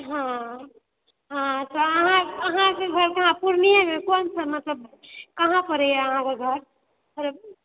हँ हँ तऽ अहाँके घरमे पूर्णिये मतलब कहाँ पड़ैया अहाँकेँ घर